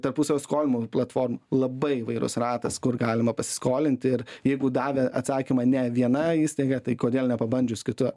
tarpusavio skolinimo platformų labai įvairus ratas kur galima pasiskolinti ir jeigu davė atsakymą ne viena įstaiga tai kodėl nepabandžius kitur